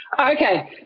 Okay